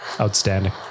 Outstanding